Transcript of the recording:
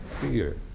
fear